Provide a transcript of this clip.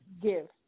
give